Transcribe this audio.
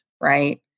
right